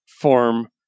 form